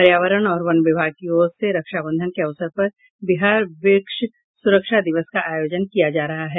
पर्यावरण और वन विभाग की ओर से रक्षाबंधन के अवसर पर बिहार वृक्ष सुरक्षा दिवस का आयोजन किया जा रहा है